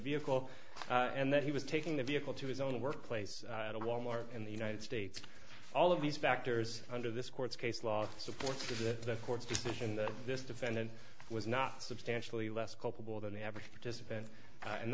vehicle and that he was taking the vehicle to his own workplace at a wal mart in the united states all of these factors under this court's case law supports the court's decision that this defendant was not substantially less culpable than the average participant and